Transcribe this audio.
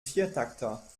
viertakter